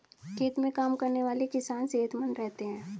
खेत में काम करने वाले किसान सेहतमंद रहते हैं